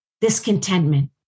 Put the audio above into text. discontentment